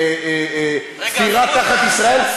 בחתירה תחת ישראל,